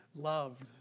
loved